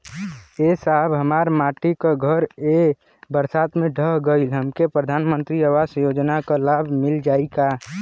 ए साहब हमार माटी क घर ए बरसात मे ढह गईल हमके प्रधानमंत्री आवास योजना क लाभ मिल जाई का?